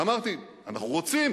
ואמרתי: אנחנו רוצים,